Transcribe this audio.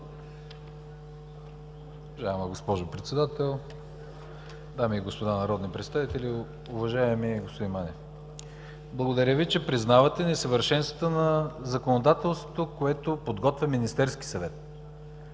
Благодаря Ви, че признавате несъвършенствата на законодателството, което подготвя Министерският съвет.